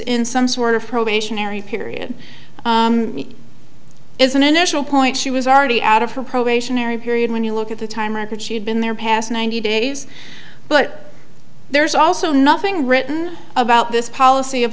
in some sort of probationary period is an initial point she was already out of her probationary period when you look at the time record she had been there past ninety days but there's also nothing written about this policy of